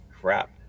crap